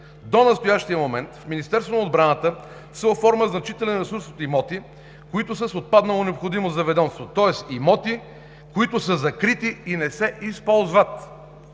до настоящия момент в Министерството на отбраната се оформя значителен ресурс от имоти, които са с отпаднала необходимост за ведомството, тоест имоти, които са закрити и не се използват!